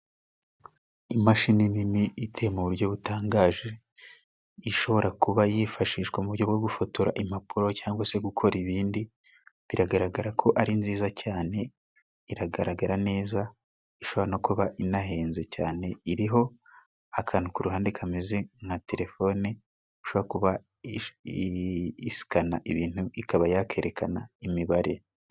Imashini nini iteye mu buryo butangaje， ishobora kuba yifashishwa mu buryo bwo gufotora impapuro，cyangwa se gukora ibindi，biragaragara ko ari nziza cyane， iragaragara neza ishobora no kuba inahenze cyane，iriho akantu ku ruhande kameze nka terefone，ishobora kuba isikana ibintu，ikaba yakerekana imibare.